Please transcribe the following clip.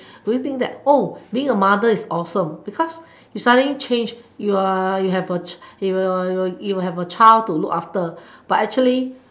we will think that oh being a mother is awesome because you suddenly change you you have you have a child to look after but actually